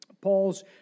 Paul's